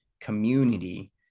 community